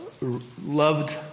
loved